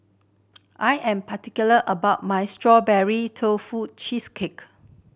I am particular about my Strawberry Tofu Cheesecake